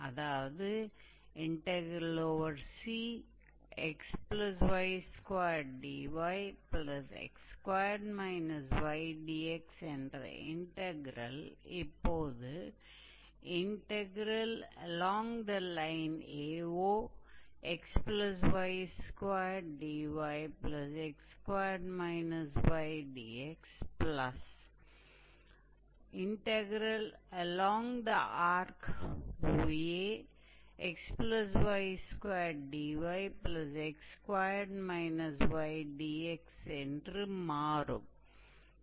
அதாவதுcxy2dyx2 ydx என்ற integral இப்போதுalong the line AOxy2dyx2 ydx along the arc OAxy2dyx2 ydx என்று மாறும்